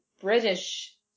British